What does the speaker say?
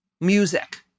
music